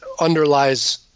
underlies